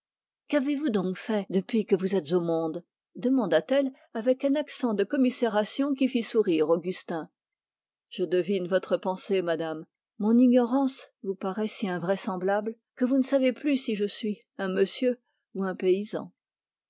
qu'avez-vous donc fait depuis que vous êtes au monde demanda-t-elle avec un accent de commisération qui fit sourire augustin je devine votre pensée madame mon ignorance vous paraît si invraisemblable que vous ne savez plus si je suis un monsieur ou un paysan